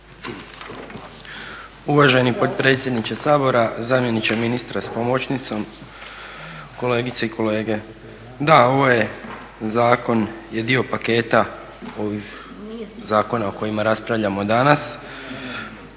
Uvaženi potpredsjedniče Sabora, zamjeniče ministra s pomoćnicom, kolegice i kolege. Da, ovaj zakon je dio paketa ovih zakona o kojima raspravljamo danas.